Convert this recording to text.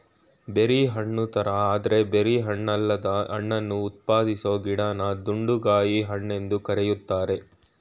berry ಹಣ್ಣುತರ ಆದ್ರೆ berry ಹಣ್ಣಲ್ಲದ ಹಣ್ಣನ್ನು ಉತ್ಪಾದಿಸೊ ಗಿಡನ ದುಂಡುಗಾಯಿ ಹಣ್ಣೆಂದು ಕರೀತಾರೆ